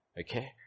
Okay